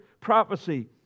prophecy